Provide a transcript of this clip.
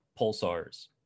pulsars